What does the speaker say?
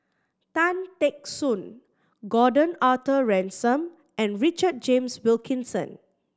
Tan Teck Soon Gordon Arthur Ransome and Richard James Wilkinson